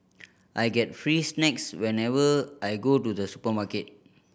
I get free snacks whenever I go to the supermarket